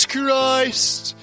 Christ